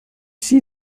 see